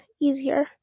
easier